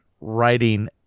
writing